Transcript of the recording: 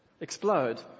explode